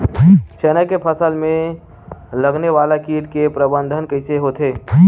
चना के फसल में लगने वाला कीट के प्रबंधन कइसे होथे?